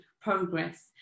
progress